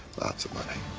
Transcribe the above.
lots of money.